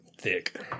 thick